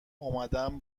اومدم